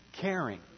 Caring